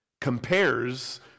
compares